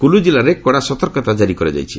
କୁଲୁ ଜିଲ୍ଲାରେ କଡ଼ା ସତର୍କତା ଜାରି କରାଯାଇଛି